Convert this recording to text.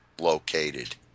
located